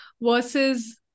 versus